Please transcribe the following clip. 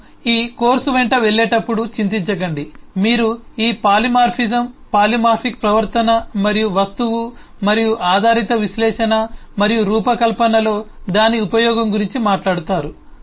మనము ఈ కోర్సు వెంట వెళ్ళేటప్పుడు చింతించకండి మీరు ఈ పాలిమార్ఫిజం పాలిమార్ఫిక్ ప్రవర్తన మరియు వస్తువు మరియు ఆధారిత విశ్లేషణ మరియు రూపకల్పనలో దాని ఉపయోగం గురించి మాట్లాడుతారు